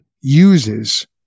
uses